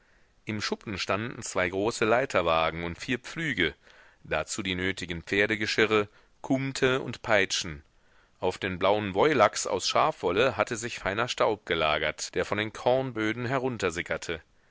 im schuppen standen zwei große leiterwagen und vier pflüge dazu die nötigen pferdegeschirre kumte und peitschen auf den blauen woilachs aus schafwolle hatte sich feiner staub gelagert der von den kornböden